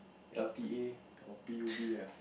l_t_a or p_u_b ah